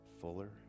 fuller